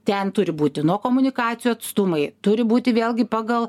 ten turi būti nuo komunikacijų atstumai turi būti vėlgi pagal